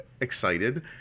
excited